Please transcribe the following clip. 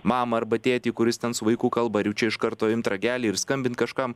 mamą arba tėtį kuris ten su vaiku kalba ar jau čia iš karto imt ragelį ir skambint kažkam